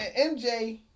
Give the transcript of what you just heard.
MJ